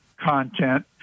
content